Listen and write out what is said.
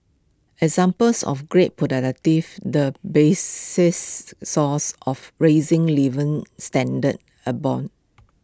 examples of greater the bases source of rising living standards abound